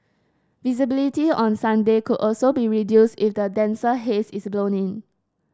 visibility on Sunday could also be reduced if the denser haze is blown in